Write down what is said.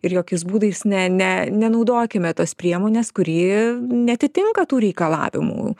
ir jokiais būdais ne ne nenaudokime tos priemonės kuri neatitinka tų reikalavimų